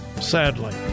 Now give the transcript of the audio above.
sadly